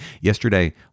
Yesterday